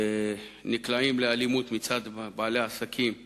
נקלעים לאלימות מצד בעלי העסקים הסוררים.